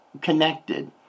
connected